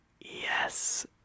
yes